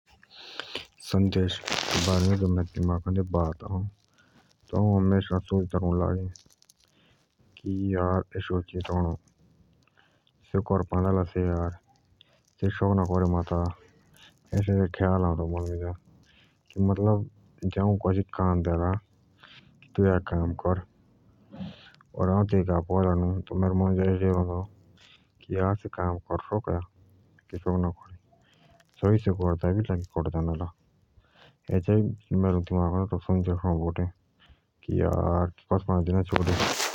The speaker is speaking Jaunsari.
सन्देश बाद मुझ जब मेरे दिमागदे बात आअ त हाऊ हमेशा सोचदा रोऊं लागे कि एसो चेइतो कणों करपान्दा ला से से सकदा ना करे ऐसे ऐसे ख्याल आअ तब मनदे जे आऊ कसिक काम देला ओर आपु तेईके अला नू तब एसोइ आअ मनदो करपान्दा ला से या करूदा नू ला कस बेर दिना छोड़।